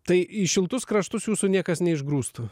tai į šiltus kraštus jūsų niekas neišgrūstų